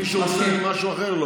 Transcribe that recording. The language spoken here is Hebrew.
מישהו אומר משהו אחר?